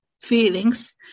feelings